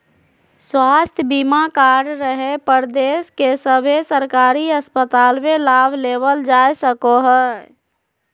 स्वास्थ्य बीमा कार्ड रहे पर देश के सभे सरकारी अस्पताल मे लाभ लेबल जा सको हय